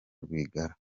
rwigara